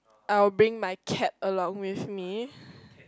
I will bring my cap along with me